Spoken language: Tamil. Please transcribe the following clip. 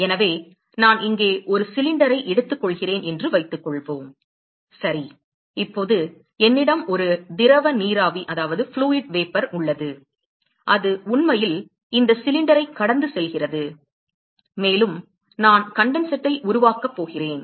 எனவே நான் இங்கே ஒரு சிலிண்டரை எடுத்துக்கொள்கிறேன் என்று வைத்துக்கொள்வோம் சரி இப்போது என்னிடம் ஒரு திரவ நீராவி உள்ளது அது உண்மையில் இந்த சிலிண்டரைக் கடந்து செல்கிறது மேலும் நான் கண்டன்செட்டை உருவாகப் போகிறேன்